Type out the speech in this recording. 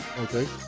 Okay